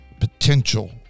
potential